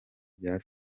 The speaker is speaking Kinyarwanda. bya